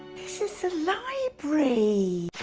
this is a library.